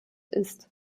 ist